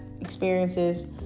experiences